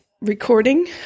recording